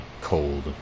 cold